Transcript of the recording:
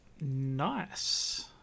nice